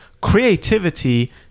creativity